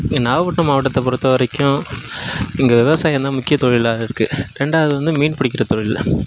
இங்கே நாகப்பட்டினம் மாவட்டத்தை பொறுத்த வரைக்கும் இங்கே விவசாயம் தான் முக்கிய தொழிலாக இருக்கு ரெண்டாவது வந்து மீன் பிடிக்கிற தொழில்